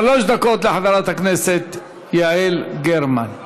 שלוש דקות לחברת הכנסת יעל גרמן.